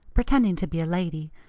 pretending to be a lady,